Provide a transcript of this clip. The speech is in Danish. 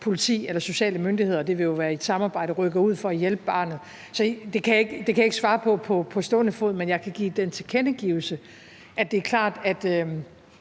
politi eller sociale myndigheder – det vil jo være i et samarbejde – rykker ud for at hjælpe barnet. Så det kan jeg ikke svare på på stående fod. Men jeg kan give den tilkendegivelse, at det er klart, at